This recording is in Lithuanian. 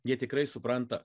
jie tikrai supranta